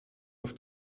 auf